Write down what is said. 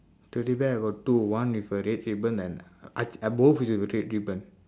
teddy bear I got two one with a red ribbon and uh uh both with a red ribbon